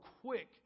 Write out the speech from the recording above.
quick